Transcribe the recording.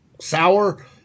sour